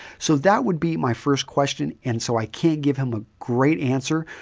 so that would be my first question, and so i can't give him a great answer,